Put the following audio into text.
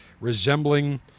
resembling